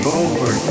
over